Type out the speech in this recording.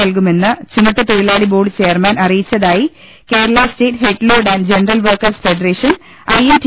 നൽകുമെന്ന് ചുമട്ട് തൊഴിലാളി ബോർഡ് ചെയർമാൻ അറിയിച്ചതായി Kerala state head load and general workers federation I N T